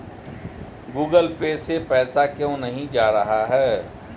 Google Pay से पैसा क्यों नहीं जा रहा है?